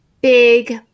big